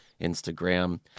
Instagram